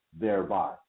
thereby